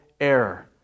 error